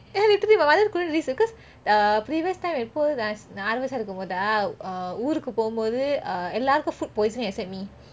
ya literally because my mother couldn't risk because err previous time நான் ஆறு வயசா இருக்கும்போதா ஊருக்கு போமோது எல்லாருக்கோம்:naan aaru vayasa irukkumpothu ooruku pomothu ellarukom food poisoning except me